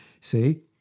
see